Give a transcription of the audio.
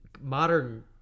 modern